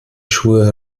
schuhe